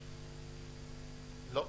לא.